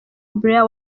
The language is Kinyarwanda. brian